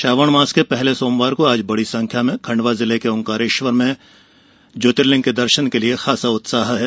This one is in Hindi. श्रावण मास के पहले सोमवार को आज बड़ी संख्या में खण्डवा जिले के ओंकारेश्वर में ज्योतिर्लिंग के दर्शन के लिए खासा उत्साह है